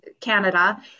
Canada